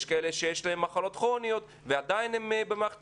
יש כאלה שיש להם מחלות כרוניות ועדיין הם במערכת